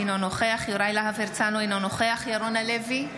אינו נוכח יוראי להב הרצנו, אינו נוכח ירון לוי,